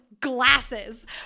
glasses